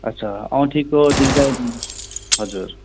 अच्छा औँठीको डिजाइन हजुर